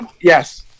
Yes